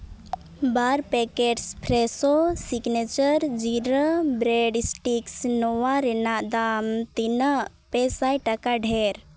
ᱵᱟᱨ packet Fresho Signature jeera bread sticks ᱱᱚᱣᱟ ᱨᱮᱱᱟᱜ ᱫᱟᱢ ᱛᱤᱱᱟᱹᱜ ᱯᱮ ᱥᱟᱭ ᱴᱟᱠᱟ ᱰᱷᱮᱹᱨ